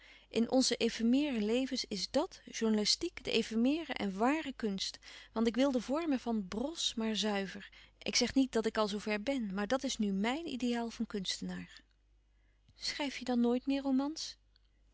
in onze efemere levens is dàt journalistiek de efemere en ware kunst want ik wil den vorm ervan bros maar zuiver ik zeg niet dat ik al zoo ver louis couperus van oude menschen de dingen die voorbij gaan ben maar dat is nu mijn ideaal van kunstenaar schrijf je dan nooit meer romans